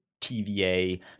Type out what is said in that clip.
TVA